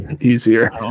easier